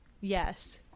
Yes